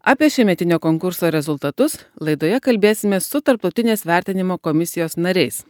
apie šiemetinio konkurso rezultatus laidoje kalbėsimės su tarptautinės vertinimo komisijos nariais